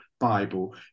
Bible